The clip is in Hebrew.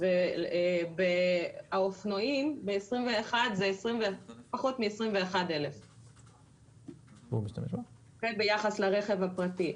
האופנועים ב-2021 זה פחות מ-21,000 --- ביחס לרכב הפרטי.